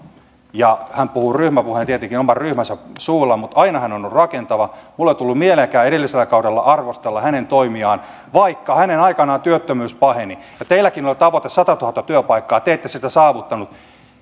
hän puhuu ryhmäpuhujana tietenkin oman ryhmänsä suulla mutta aina hän on ollut rakentava minulle ei tullut mieleenkään edellisellä kaudella arvostella hänen toimiaan vaikka hänen aikanaan työttömyys paheni teilläkin oli tavoite satatuhatta työpaikkaa te ette sitä saavuttaneet